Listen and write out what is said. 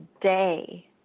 day